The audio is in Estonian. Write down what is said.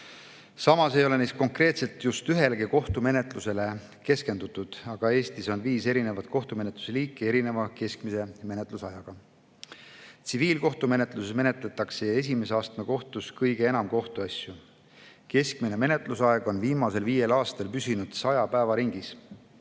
Samas ei ole neis ühelegi konkreetsele kohtumenetlusele keskendutud, kuigi Eestis on viis erinevat kohtumenetluse liiki erineva keskmise menetlusajaga. Tsiviilkohtumenetluses menetletakse esimese astme kohtus kõige enam kohtuasju. Keskmine menetlusaeg on viimasel viiel aastal püsinud 100 päeva ringis.